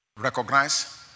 Recognize